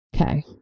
Okay